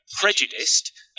prejudiced